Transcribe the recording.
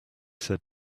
said